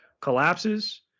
collapses